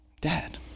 Dad